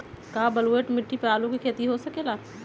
का बलूअट मिट्टी पर आलू के खेती हो सकेला?